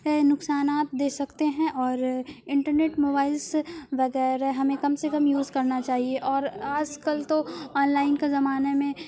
نقصانات دے سکتے ہیں اور انٹرنیٹ موبائلس وغیرہ ہمیں کم سے کم یوز کرنا چاہیے اور آج کل تو آن لائن کے زمانے میں